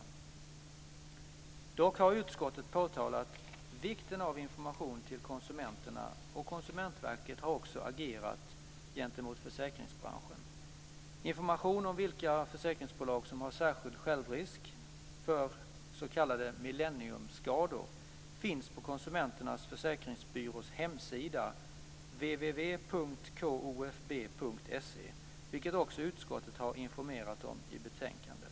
Dock har utskottet pekat på vikten av information till konsumenterna, och Konsumentverket har agerat gentemot försäkringsbranschen. Information om vilka försäkringsbolag som har särskild självrisk för s.k. millenniumskador finns på Konsumenternas Försäkringsbyrås hemsida www.kofb.se, vilket också utskottet har informerat om i betänkandet.